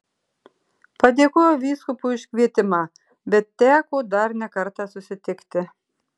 padėkojau vyskupui už kvietimą bet teko dar ne kartą susitikti